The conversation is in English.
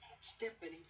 Stephanie